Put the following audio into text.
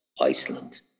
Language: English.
Iceland